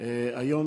היום,